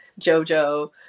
JoJo